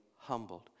humbled